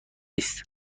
است